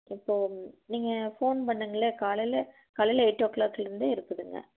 எப்போ வர்ணுன்னு நீங்கள் ஃபோன் பண்ணுங்களே காலையில் காலையில் எய்ட் ஓ க்ளாக்கிலிந்தே இருக்குதுங்க